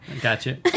Gotcha